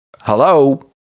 hello